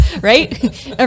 right